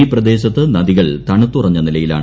ഈ പ്രദേശത്ത് നദികൾ തണുത്തുറഞ്ഞ നിലയിലാണ്